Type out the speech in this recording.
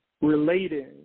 relating